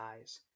eyes